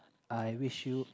I wish you